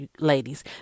ladies